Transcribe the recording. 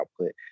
output